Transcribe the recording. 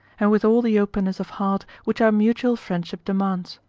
and with all the openness of heart which our mutual friendship demands.